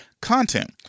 content